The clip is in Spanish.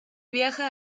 viaja